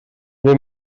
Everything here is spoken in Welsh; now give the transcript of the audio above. ble